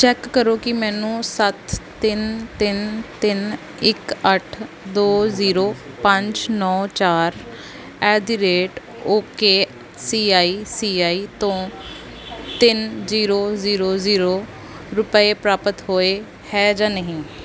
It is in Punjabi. ਚੈੱਕ ਕਰੋ ਕਿ ਮੈਨੂੰ ਸੱਤ ਤਿੰਨ ਤਿੰਨ ਤਿੰਨ ਇੱਕ ਅੱਠ ਦੋ ਜ਼ੀਰੋ ਪੰਜ ਨੌਂ ਚਾਰ at the rate okay C I C I ਤੋਂ ਤਿੰਨ ਜ਼ੀਰੋ ਜ਼ੀਰੋ ਜ਼ੀਰੋ ਰੁਪਏ ਪ੍ਰਾਪਤ ਹੋਏ ਹੈ ਜਾਂ ਨਹੀਂ